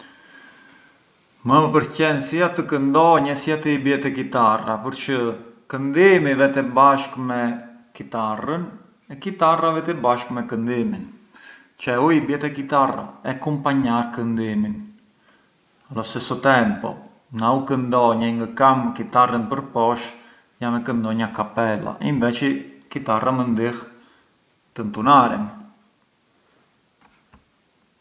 I bardhi ë… vjen kur junxhiren gjith kulluret, gjith kulluret bujën të bardhin, i bardhi ë pullici, ë dritë, ë dritë e pasosme.